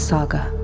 Saga